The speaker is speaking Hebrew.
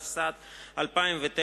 התשס"ט 2009,